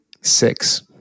Six